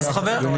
אדוני